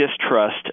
distrust